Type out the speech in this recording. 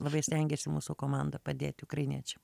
taip labai stengiasi mūsų komanda padėti ukrainiečiam